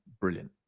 brilliant